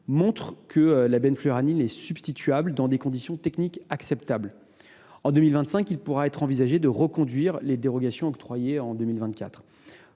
montrent que la benfluraline est substituable dans des conditions techniques acceptables. En 2025, il pourra être envisagé de reconduire les dérogations octroyées en 2024.